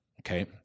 Okay